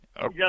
Yes